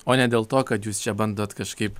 o ne dėl to kad jūs čia bandot kažkaip